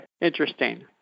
Interesting